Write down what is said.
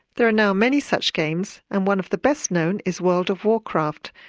there are now many such games, and one of the best known is world of warcraft,